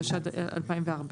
התשע"ד 2014,